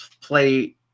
play